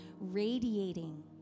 radiating